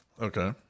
Okay